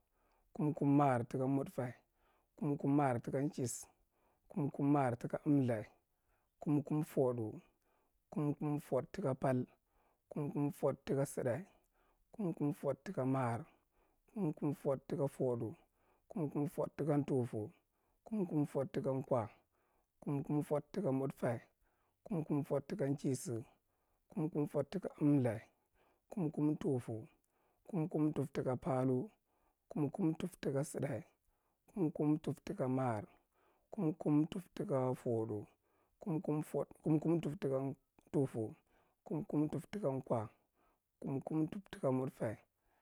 Kum- kum maar taka mudfa, kum- kum maar taka nchis, kum- kum maar taka amltha, kum- kum foɗu, kum- kum fod taka pal, kum- kum fod taka sada, kum- kum fod taka maar, kum- kum fod taka fodu, kum- kum fod taka ntufu, kum- kum fod taka nkwa, kum- kum fod taka mudfa, kum- kum fod taka nchis, kum- kum fad taka amltha kum- kum ntufu. Kum- kum ntuf taka palthu, kum- kum ntuf taka saɗa, kum- kum ntuf taka makar, kum- kum ntuf taka fodu, kum- kum fod- kum- kum ntuf taka ntufu, kum- kum ntuf taka nkwa kum- kum ntuf taka mudfa.